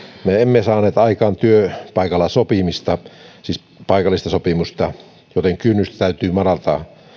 me emme saaneet aikaan työpaikalla sopimista siis paikallista sopimista joten kynnystä täytyy madaltaa